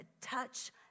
touch